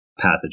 pathogen